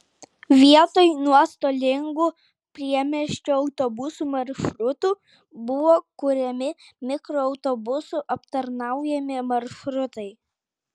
vietoj nuostolingų priemiesčio autobusų maršrutų buvo kuriami mikroautobusų aptarnaujami maršrutai